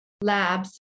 labs